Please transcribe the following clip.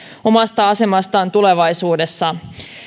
omasta asemastaan tulevaisuudessa